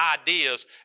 ideas